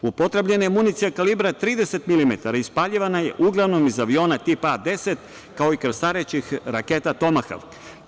Upotrebljena je municija kalibra 30 milimetara, ispaljivana je uglavnom iz aviona tipa A10, kao i krstarećih rakete „tomahavk“